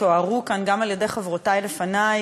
גם על-ידי חברותי לפני,